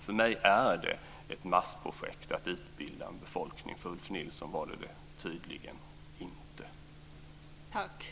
För mig är det ett massprojekt att utbilda en befolkning, för Ulf Nilsson är det tydligen inte det.